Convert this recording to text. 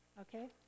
Okay